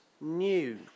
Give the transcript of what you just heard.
new